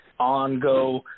ongo